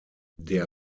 der